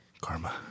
Karma